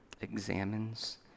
examines